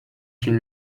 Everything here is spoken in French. une